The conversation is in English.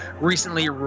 recently